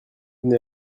venez